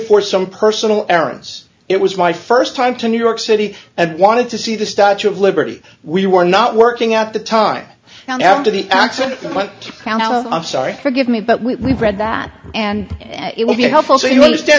for some personal errands it was my first time to new york city and wanted to see the statue of liberty we were not working out the time now to the accident now i'm sorry forgive me but we read that and it will be helpful so you understand